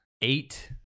eight